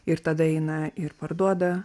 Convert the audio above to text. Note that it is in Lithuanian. ir tada eina ir parduoda